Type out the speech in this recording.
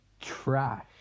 trash